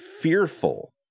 fearful